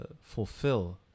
fulfill